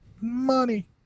money